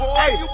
hey